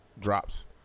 drops